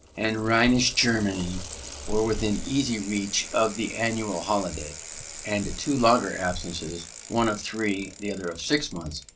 and rhenish germany were within easy reach of the annual holiday and two longer absences, one of three, the other of six months,